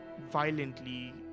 violently